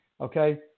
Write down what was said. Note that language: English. okay